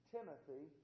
Timothy